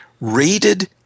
rated